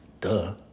duh